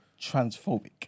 transphobic